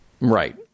Right